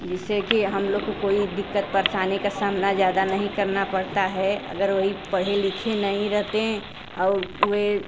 जिससे कि हम लोग को कोई दिक्कत परेशानी का सामना ज़्यादा नहीं करना पड़ता है अगर वही पढ़े लिखे नहीं रहते और वे